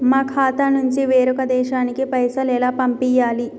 మా ఖాతా నుంచి వేరొక దేశానికి పైసలు ఎలా పంపియ్యాలి?